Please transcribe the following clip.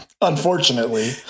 unfortunately